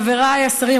חבריי השרים,